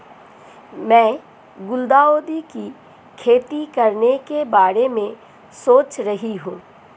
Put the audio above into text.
मैं गुलदाउदी की खेती करने के बारे में सोच रही हूं